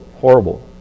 horrible